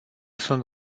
sunt